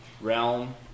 realm